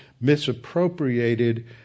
misappropriated